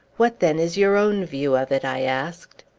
what, then, is your own view of it? i asked.